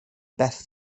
beth